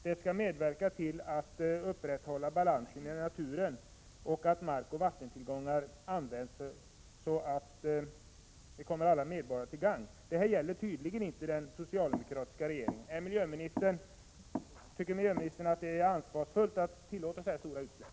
Den skall medverka till att upprätthålla balansen i naturen och till att markoch vattentillgångar används så att de kommer alla medborgare till gagn. Detta gäller tydligen inte den socialdemokratiska regeringen. Tycker miljöministern att det är ansvarsfullt att tillåta så här stora utsläpp?